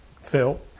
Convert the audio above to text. Phil